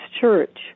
Church